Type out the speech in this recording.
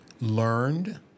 learned